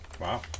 Wow